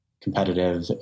competitive